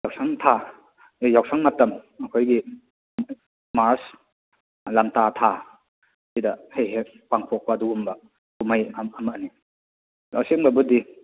ꯌꯥꯎꯁꯪ ꯊꯥ ꯑꯗꯩ ꯌꯥꯎꯁꯪ ꯃꯇꯝ ꯑꯩꯈꯣꯏꯒꯤ ꯃꯥꯔꯆ ꯂꯝꯇꯥ ꯊꯥ ꯁꯤꯗ ꯍꯦꯛ ꯍꯦꯛ ꯄꯥꯡꯊꯣꯛꯄ ꯑꯗꯨꯒꯨꯝꯕ ꯀꯨꯝꯍꯩ ꯑꯃꯅꯤ ꯑꯁꯦꯡꯕꯕꯨꯗꯤ